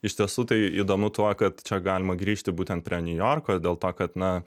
iš tiesų tai įdomu tuo kad čia galima grįžti būtent prie niujorko dėl to kad na